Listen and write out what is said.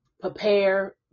prepare